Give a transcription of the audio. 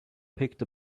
picked